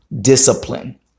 discipline